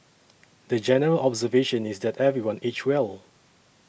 the general observation is that everyone aged well